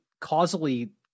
causally